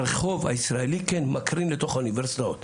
הרחוב הישראלי מקרין לתוך האוניברסיטאות.